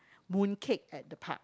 mooncake at the park